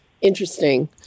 interesting